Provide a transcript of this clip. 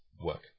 work